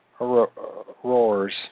roars